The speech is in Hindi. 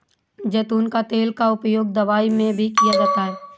ज़ैतून का तेल का उपयोग दवाई में भी किया जाता है